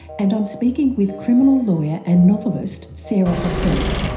and i'm speaking with criminal lawyer and novelist sarah hopkins.